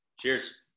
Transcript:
Cheers